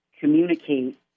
communicate